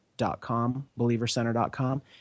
Believercenter.com